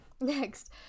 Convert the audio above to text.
next